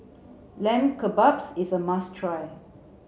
Lamb Kebabs is a must try